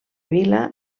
vila